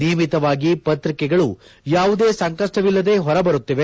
ನಿಯಮಿತವಾಗಿ ಪತ್ರಿಕೆಗಳು ಯಾವುದೇ ಸಂಕಷ್ಟವಿಲ್ಲದೆ ಹೊರ ಬರುತ್ತಿದೆ